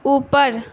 ऊपर